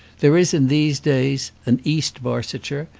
there is in these days an east barsetshire,